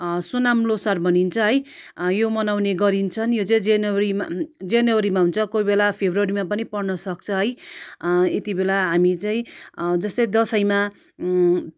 सोनाम ल्होसार भनिन्छ है यो मनाउने गरिन्छन् यो चाहिँ जनवरीमा जनवरीमा हुन्छ कोही बेला फेब्रुअरीमा पनि पर्न सक्छ है यति बेला हामी चाहिँ जस्तै दसैँमा